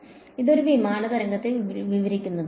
വിദ്യാർത്ഥി ഇത് ഒരു വിമാന തരംഗത്തെ വിവരിക്കുന്നു